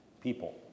people